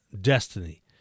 destiny